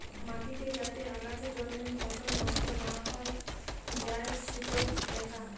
মাটিতে যাতে আগাছা জন্মে ফসল নষ্ট না হৈ যাই সিটো দ্যাখা